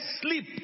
sleep